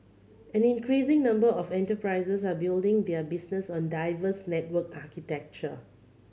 an increasing number of enterprises are building their business on diverse network architecture